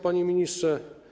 Panie Ministrze!